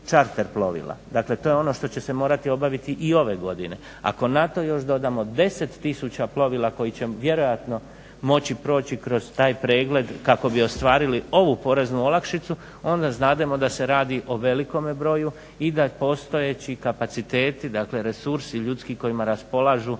čarter plovila. Dakle to je ono što će se morati obaviti i ove godine. ako na to još dodamo 10 tisuća plovila koji će vjerojatno moći proći kroz taj pregled kako bi ostvarili ovu poreznu olakšicu onda znademo da se radi o velikome broju i postojeći kapaciteti dakle resursi ljudski kojima raspolažu